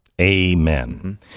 Amen